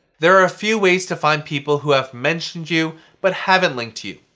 there are a few ways to find people who have mentioned you but haven't linked to you.